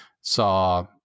saw